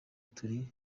turi